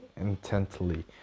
intently